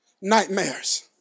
nightmares